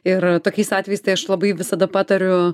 ir tokiais atvejais tai aš labai visada patariu